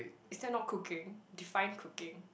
instead not cooking despite cooking